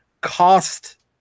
cost